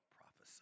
prophesy